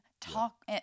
talk